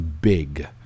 big